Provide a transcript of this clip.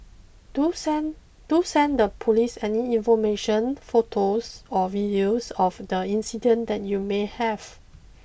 do send do send the police any information photos or videos of the incident that you may have